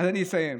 אני אסיים.